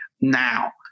Now